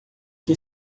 que